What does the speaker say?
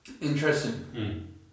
Interesting